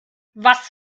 was